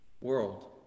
world